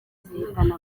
zihitana